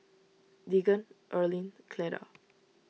Deacon Earlean Cleda